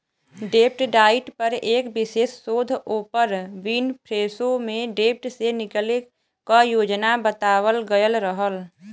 डेब्ट डाइट पर एक विशेष शोध ओपर विनफ्रेशो में डेब्ट से निकले क योजना बतावल गयल रहल